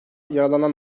yaralanan